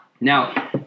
Now